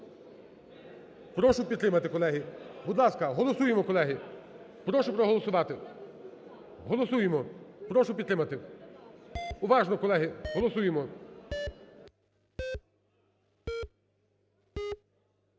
Прошу підтримати, колеги. Будь ласка, голосуємо колеги. Прошу проголосувати. Голосуємо. Прошу підтримати. Уважно, колеги! Голосуємо.